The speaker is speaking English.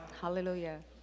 Hallelujah